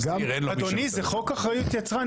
אדוני, זה חוק אחריות יצרן.